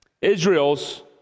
Israel's